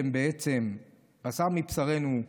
שהם בעצם בשר מבשרנו,